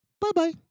bye-bye